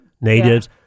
natives